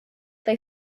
they